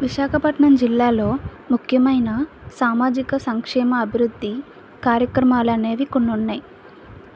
విశాఖపట్నం జిల్లాలో ముఖ్యమైన సామాజిక సంక్షేమ అభివృద్ధి కార్యక్రమాలు అనేవి కొన్ని ఉన్నాయి